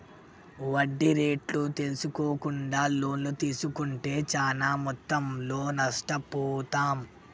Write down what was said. వడ్డీ రేట్లు తెల్సుకోకుండా లోన్లు తీస్కుంటే చానా మొత్తంలో నష్టపోతాం